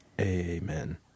Amen